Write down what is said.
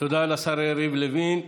תודה לשר יריב לוין.